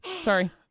Sorry